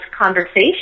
conversation